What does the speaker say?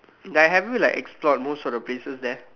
like have you like explored most of the places there